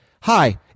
Hi